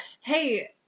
Hey